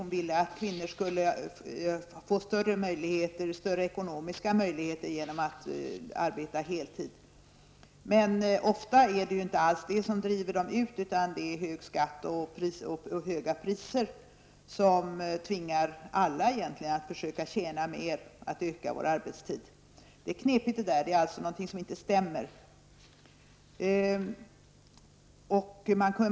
Hon ville att kvinnorna skulle få större ekonomiska möjligheter genom att arbeta heltid. Men ofta är det inte alls det som driver dem ut i arbetslivet, utan det är höga skatter och höga priser som tvingar oss alla att försöka tjäna mer, att öka vår arbetstid. Det är knepigt det där, och alltså någonting som inte stämmer.